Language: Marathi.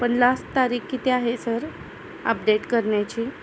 पण लास्ट तारीख किती आहे सर अपडेट करण्याची